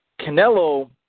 Canelo